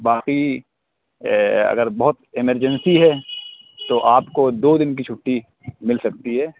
باقی اگر بہت ایمرجنسی ہے تو آپ کو دو دِن کی چُھٹی مِل سکتی ہے